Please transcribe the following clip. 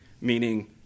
meaning